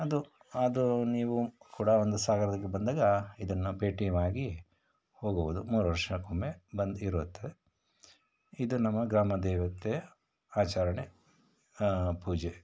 ಅದು ಅದು ನೀವೂ ಕೂಡ ಒಂದು ಸಾಗರದಕ್ಕೆ ಬಂದಾಗ ಇದನ್ನು ಭೇಟಿಯಾಗಿ ಹೋಗುವುದು ಮೂರು ವರ್ಷಕ್ಕೊಮ್ಮೆ ಬಂದು ಇರುತ್ತೆ ಇದು ನಮ್ಮ ಗ್ರಾಮದೇವತೆಯ ಆಚರಣೆ ಪೂಜೆ